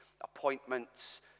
appointments